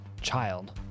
child